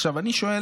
עכשיו, אני שואל: